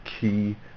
key